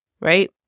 right